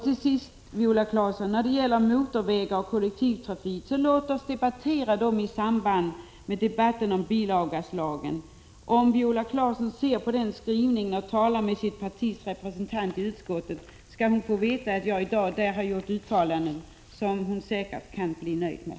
Till sist, Viola Claesson, när det gäller motorvägar och kollektivtrafik: Låt oss debattera dessa frågor i samband med debatten om bilavgaslagen. Om Viola Claesson läser denna skrivning och talar med sitt partis representanter i utskottet, skall hon få veta att jag i utskottet i dag har gjort uttalanden som hon säkert kan bli nöjd med.